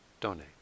donate